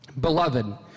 Beloved